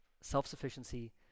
Self-sufficiency